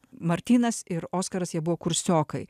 martynas ir oskaras jie buvo kursiokai